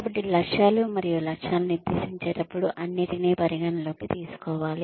కాబట్టి లక్ష్యాలు మరియు లక్ష్యాలను నిర్దేశించేటప్పుడు అన్నింటినీ పరిగణనలోకి తీసుకోవాలి